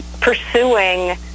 pursuing